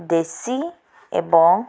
ଦେଶୀ ଏବଂ